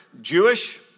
Jewish